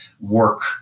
work